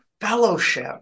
fellowship